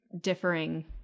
differing